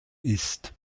ist